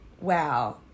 wow